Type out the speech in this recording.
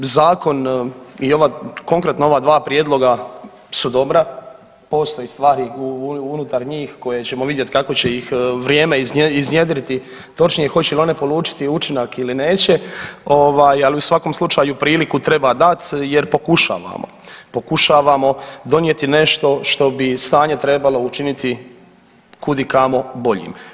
Zakon i ova, konkretno ova dva prijedloga su dobra, postoje stvari unutar njih koje ćemo vidjet kako će ih vrijeme iznjedriti, točnije hoće li one polučiti učinak ili neće ovaj ali u svakom slučaju priliku treba dat jer pokušavamo, pokušavamo donijeti nešto što bi stanje trebalo učiniti kud i kamo boljim.